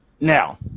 Now